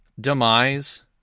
demise